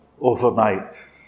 overnight